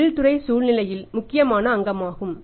தொழிற்துறை சூழ்நிலையில் முக்கியமான அங்கமாகும்